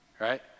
right